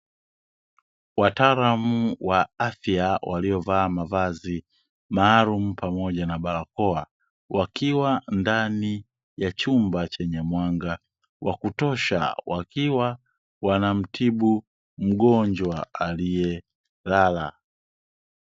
Wataalamu wa afya waliovaa mavazi maalumu pamoja na barakoa, wakiwa ndani ya chumba chenye mwanga wa kutosha, wakiwa wanamtimu mgonjwa aliye lala.